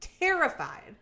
terrified